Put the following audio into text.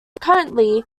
currently